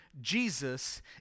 Jesus